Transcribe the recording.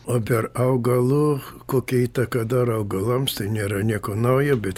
o per augalų kokią įtaką dar augalams tai nėra nieko naujo bet